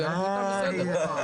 הכל בסדר.